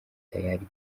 tayali